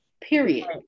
period